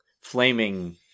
flaming